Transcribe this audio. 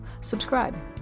subscribe